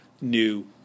new